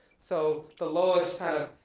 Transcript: so the lowest kind of,